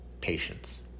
patience